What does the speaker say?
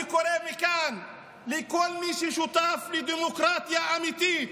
אני קורא מכאן לכל מי ששותף לדמוקרטיה אמיתית: